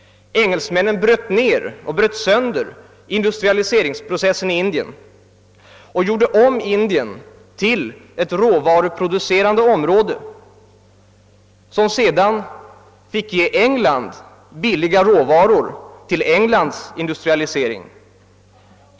Engelsmännen bröt sönder denna industrialiseringsprocess med militära maktmedel och gjorde om Indien till ett råvaruproducerande område, som sedan fick ge England billiga råvaror till dess industrialisering.